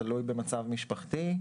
תלוי במצב משפחתי.